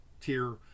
tier